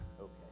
okay